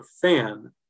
fan